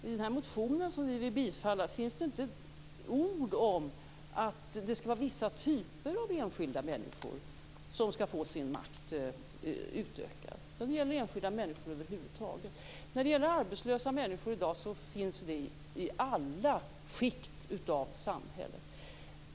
I den motion som vi vill bifalla finns det inte ett ord om att det skall vara vissa typer av enskilda människor som skall få sin makt utökad. Det gäller enskilda människor över huvud taget. Arbetslösa människor finns i alla skikt av samhället i dag.